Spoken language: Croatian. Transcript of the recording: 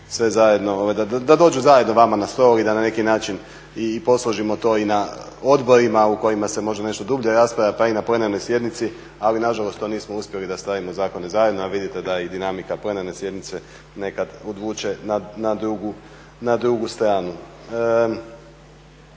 da dođe zajedno vama na stol i da na neki način i posložimo to i na odborima u kojima se nešto možda duže raspravlja pa i na plenarnoj sjednici, ali nažalost to nismo uspjeli da stavimo zakone zajedno, a i vidite da je dinamika plenarne sjednice nekad odvuče na drugu stranu.